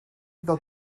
iddo